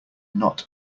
not